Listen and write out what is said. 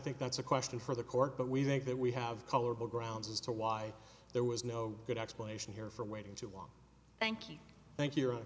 think that's a question for the court but we think that we have colorful grounds as to why there was no good explanation here for waiting too long thank you thank you